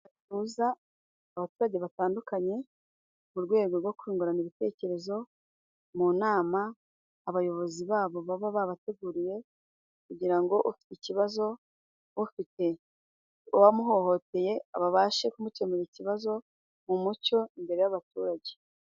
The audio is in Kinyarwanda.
Inama ihuza abaturage batandukanye mu rwego rwo kungurana ibitekerezo mu nama abayobozi babo baba babateguriye kugira ngo ufite ikibazo, ufite uwamuhohoteye, babashe kumukemura ikibazo mu mucyo imbere y'abaturage.